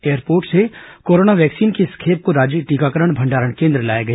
airport से corona vaccine की इस खेप को राज्य टीकाकरण भंडारण केन्द्र लाया गया